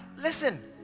listen